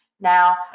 Now